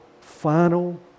final